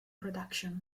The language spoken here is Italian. productions